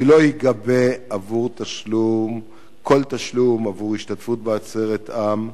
כי לא ייגבה כל תשלום בעבור השתתפות בעצרת-עם,